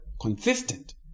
consistent